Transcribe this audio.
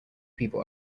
people